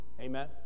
Amen